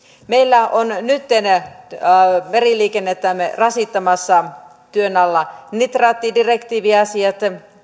meillä ovat meriliikennettämme rasittamassa työn alla nitraattidirektiiviasiat